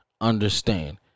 understand